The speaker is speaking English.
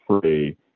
free